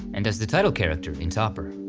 and as the title character in topper.